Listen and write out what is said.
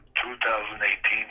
2018